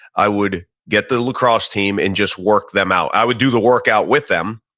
i would get the lacrosse team and just work them out. i would do the workout with them,